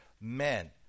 men